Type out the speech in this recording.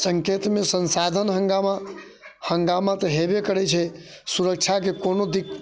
सङ्केतमे संसाधन हन्गामा हन्गामा तऽ होयबे करैत छै सुरक्षाके कोनो दिक